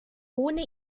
ohne